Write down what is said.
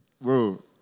Bro